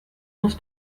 muss